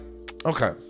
okay